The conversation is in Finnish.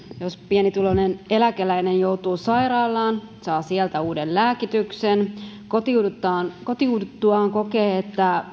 jos pienituloinen eläkeläinen joutuu sairaalaan saa sieltä uuden lääkityksen kotiuduttuaan kotiuduttuaan kokee että